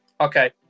Okay